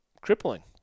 crippling